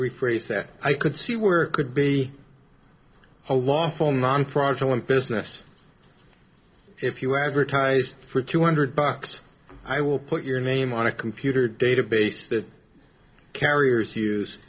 rephrase that i could see where it could be a lawful non for arsenal in business if you advertised for two hundred bucks i will put your name on a computer database that carriers use